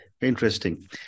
Interesting